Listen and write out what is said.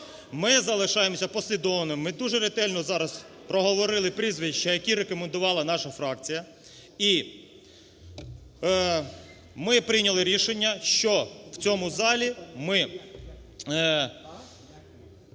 ми залишаємося послідовними. Ми дуже ретельно зараз проговорили прізвища, які рекомендувала наша фракція, і ми прийняли рішення, що в цьому залі ми